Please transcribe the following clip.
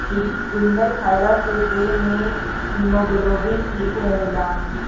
चुकंदर खइला से देहि में हिमोग्लोबिन ठीक रहेला